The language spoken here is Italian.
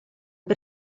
per